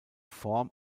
form